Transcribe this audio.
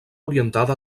orientada